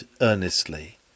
earnestly